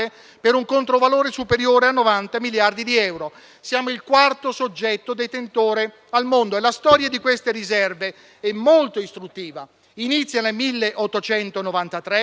per un controvalore superiore a 90 miliardi di euro. Siamo il quarto soggetto detentore al mondo. La storia di queste riserve è molto istruttiva: inizia nel 1893,